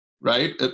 right